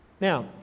Now